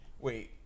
Wait